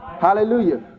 Hallelujah